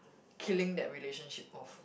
killing that relationship off